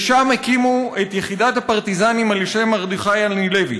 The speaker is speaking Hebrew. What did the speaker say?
ושם הקימו את יחידת הפרטיזנים על שם מרדכי אנילביץ'.